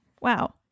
Wow